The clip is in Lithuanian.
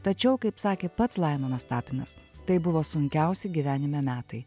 tačiau kaip sakė pats laimonas tapinas tai buvo sunkiausi gyvenime metai